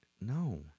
No